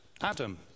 Adam